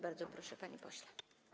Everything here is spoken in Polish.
Bardzo proszę, panie pośle.